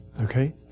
Okay